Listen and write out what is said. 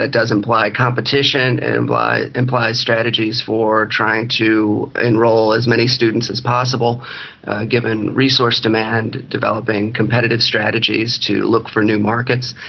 ah does imply competition, it implies strategies for trying to enrol as many students as possible given resource demand, developing competitive strategies to look for new markets,